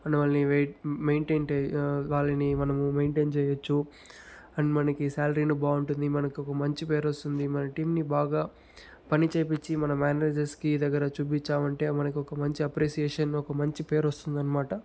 మనల్ని weight maintain వాళ్ళని మనము మెయింటైన్ చేయచ్చు అండ్ మనకి శాలరీను బాగుంటుంది మనకు మంచి పేరొస్తుంది మన టీమ్ని బాగా పనిచేపిచ్చి మన మేనేజర్స్కి దగ్గర చూపిచ్చామంటే మనకు ఒక మంచి అప్రిసియేషన్ ఒక మంచి పేరు వస్తుందన్నమాట